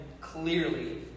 clearly